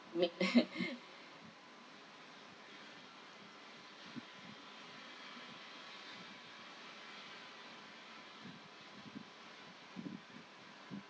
make